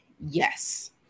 yes